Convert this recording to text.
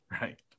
right